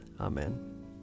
Amen